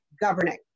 governing